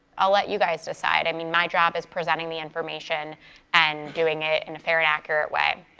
i'll let you guys decide. i mean, my job is presenting the information and doing it in a very accurate way.